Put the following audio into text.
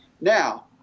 Now